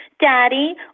Daddy